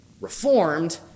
reformed